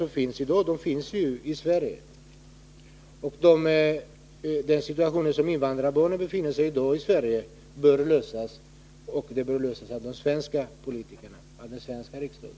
Det finns ju problem i Sverige när det gäller den situation som invandrarbarnen befinner sig i, och de problemen bör lösas av de svenska politikerna, av den svenska riksdagen.